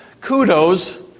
kudos